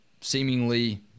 seemingly